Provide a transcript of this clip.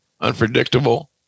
unpredictable